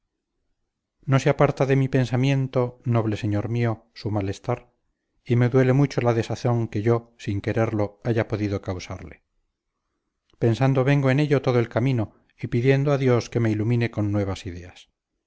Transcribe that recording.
no se aparta de mi pensamiento noble señor mío su malestar y me duele mucho la desazón que yo sin quererlo haya podido causarle pensando vengo en ello todo el camino y pidiendo a dios que me ilumine con nuevas ideas